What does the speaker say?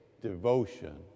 devotion